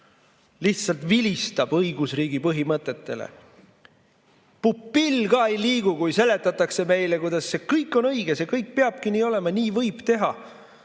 lihtsalt vilistab õigusriigi põhimõtetele. Pupill ka ei liigu, kui seletatakse meile, kuidas see kõik on õige, see kõik peabki nii olema, nii võib teha.